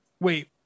Wait